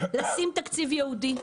לשים תקציב ייעודי.